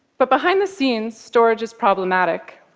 but behind the scenes, storage is problematic.